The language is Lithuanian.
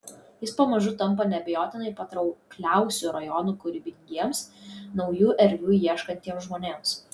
jis pamažu tampa neabejotinai patraukliausiu rajonu kūrybingiems naujų erdvių ieškantiems žmonėms